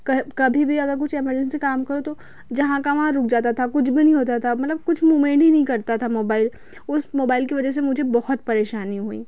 कभी भी अगर कुछ एमरजेंसी काम करो तो जहाँ का वहाँ रुक जाता था कुछ भी नहीं होता था मतलब कुछ मूवमेंट ही नहीं करता था मोबाईल उस मोबाईल की वजह से मुझे बहुत परेशानी हुई